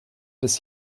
des